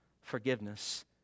forgiveness